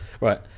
Right